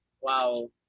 wow